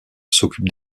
s’occupe